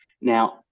Now